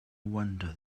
wonder